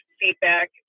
feedback